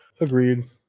Agreed